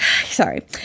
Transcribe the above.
Sorry